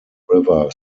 river